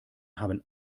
haben